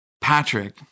Patrick